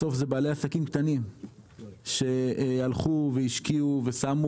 בסוף אלה בעלי עסקים קטנים שהלכו והשקיעו ושמו